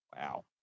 Wow